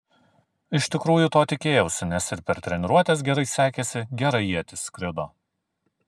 iš tikrųjų to tikėjausi nes ir per treniruotes gerai sekėsi gerai ietis skrido